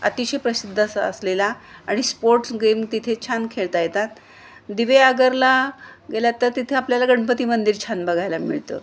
अतिशय प्रसिद्ध अस असलेला आणि स्पोर्ट्स गेम तिथे छान खेळता येतात दिवेआगरला गेलात तर तिथे आपल्याला गणपती मंदिर छान बघायला मिळतं